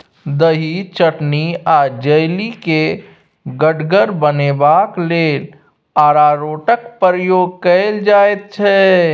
दही, चटनी आ जैली केँ गढ़गर बनेबाक लेल अरारोटक प्रयोग कएल जाइत छै